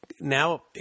Now